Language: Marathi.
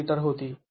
३ मीटर होती